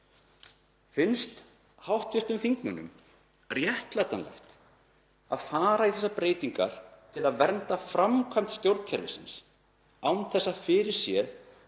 Finnst hv. þingmönnum réttlætanlegt að fara í þessar breytingar til að vernda framkvæmd stjórnkerfisins án þess að það sé